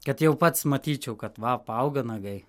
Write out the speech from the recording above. kad jau pats matyčiau kad va apauga nagai